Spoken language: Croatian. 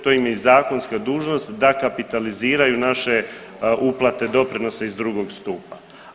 To im je i zakonska dužnost da kapitaliziraju naše uplate, doprinose iz drugog stupa.